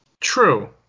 True